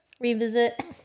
Revisit